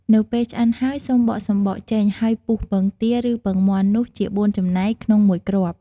នៅពេលឆ្អិនហើយ សូមបកសំបកចេញ ហើយពុះពងទា ឬពងមាន់នោះជាបួនចំណែកក្នុងមួយគ្រាប់។